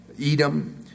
Edom